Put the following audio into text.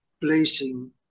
placing